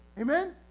Amen